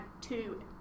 two